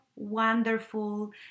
wonderful